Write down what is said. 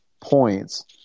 points